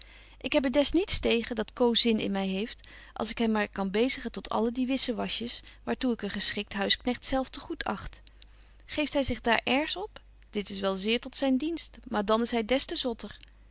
ik heb er des niets tegen dat coo zin in my heeft als ik hem maar kan bezigen tot alle die wissewasjes waar toe ik een geschikt huisknegt zelf te goed acht geeft hy zich daar airs op dit is wel zeer tot zyn dienst maar dan is hy des te zotter